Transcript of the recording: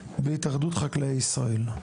בהתאחדות חקלאי ישראל.